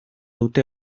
dute